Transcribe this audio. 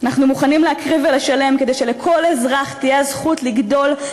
אנחנו מוכנים להקריב ולשלם כדי שלכל אזרח תהיה הזכות לגדול,